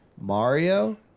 Mario